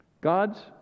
God's